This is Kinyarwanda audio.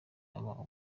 aba